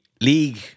league